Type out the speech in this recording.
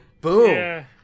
boom